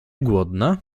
głodna